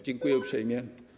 Dziękuję uprzejmie.